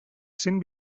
cent